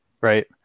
right